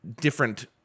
different